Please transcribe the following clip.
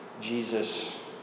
Jesus